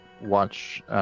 watch